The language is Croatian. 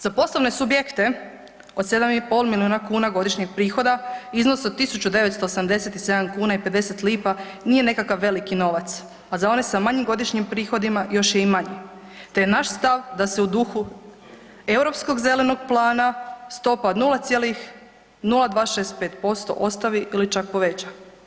Za poslovne subjekte od 7,5 milijuna kuna godišnjeg prihoda iznos od 1.987 kuna i 50 lipa nije nekakav veliki novac, a za one sa manjim godišnjim prihodima još je i manji te je naš stav da se u duhu Europskog zelenog plana stopa od 0,0265% ostavi ili čak poveća.